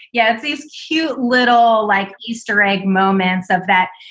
yeah, it's these cute little like easter egg moments of that.